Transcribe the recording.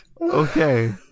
Okay